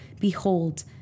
behold